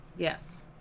Yes